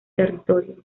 territorio